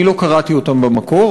אני לא קראתי אותם במקור,